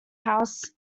house